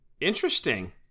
Interesting